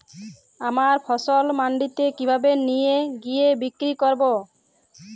আমার ফসল মান্ডিতে কিভাবে নিয়ে গিয়ে বিক্রি করব?